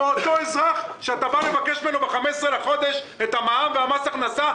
אותו אזרח שאתה בא לבקש ממנו ב-15 לחודש את המע"מ ואת מס ההכנסה,